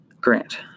Grant